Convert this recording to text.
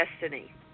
destiny